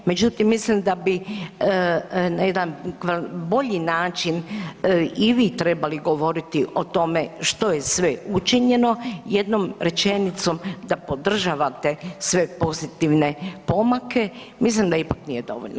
Međutim, mislim da bi na jedan bolji način i vi trebali govoriti o tome što je sve učinjeno, jednom rečenicom da podržavate sve pozitivne pomake mislim da ipak nje dovoljno.